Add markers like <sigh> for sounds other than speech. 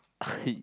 <laughs> he